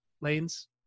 lanes